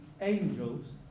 angels